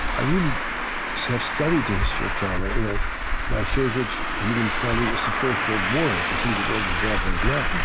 i really have studied the history of trauma. my favorite human folly is the first world war. if you think the world is bad right now,